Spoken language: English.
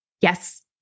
Yes